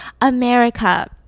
america